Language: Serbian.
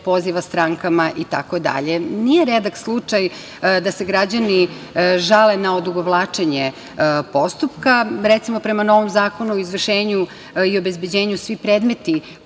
poziva strankama itd. Nije redak slučaj da se građani žale na odugovlačenje postupka. Recimo, prema novom zakonu i izvršenju i obezbeđenju, svi predmeti